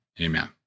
Amen